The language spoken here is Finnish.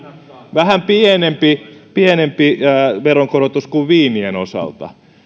vähän pienempi pienempi veronkorotus kuin viinien osalta